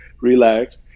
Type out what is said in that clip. relaxed